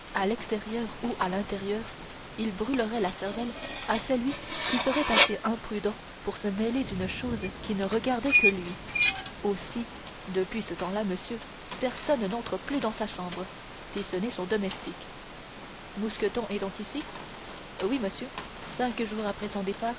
à l'extérieur ou à l'intérieur il brûlerait la cervelle à celui qui serait assez imprudent pour se mêler d'une chose qui ne regardait que lui aussi depuis ce temps-là monsieur personne n'entre plus dans sa chambre si ce n'est son domestique mousqueton est donc ici oui monsieur cinq jours après son départ